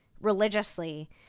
religiously